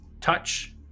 touch